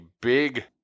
big